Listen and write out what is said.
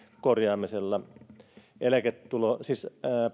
korjaamisella siis